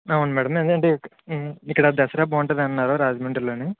అవును మ్యాడమ్ అది ఏంటంటే ఇక్కడ దసరా బాగుంటుంది అన్నారు రాజమండ్రిలోని